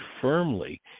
firmly